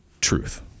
truth